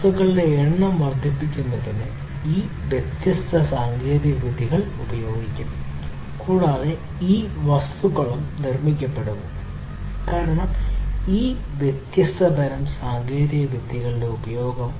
വസ്തുക്കളുടെ എണ്ണം വർദ്ധിപ്പിക്കുന്നതിന് ഈ വ്യത്യസ്ത സാങ്കേതികവിദ്യകൾ ഉപയോഗിക്കും കൂടാതെ ഈ വസ്തുക്കളും നിർമ്മിക്കപ്പെടുന്നു കാരണം ഈ വ്യത്യസ്ത തരം സാങ്കേതികവിദ്യകളുടെ ഉപയോഗം